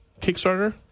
Kickstarter